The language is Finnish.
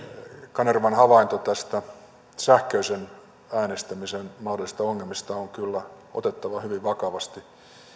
kanervan havainto näistä sähköisen äänestämisen mahdollisista ongelmista on kyllä otettava hyvin vakavasti